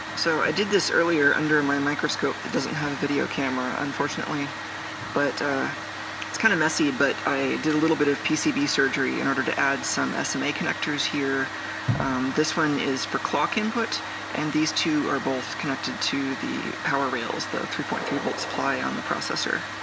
so i did this earlier under my microscope that doesn't have a video camera unfortunately but it's kind of messy but i did a little bit of pcb surgery in order to add some sma um connectors here this one is for clock input and these two are both connected to the power reels the three point three volt supply on the processor.